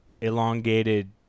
elongated